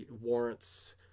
warrants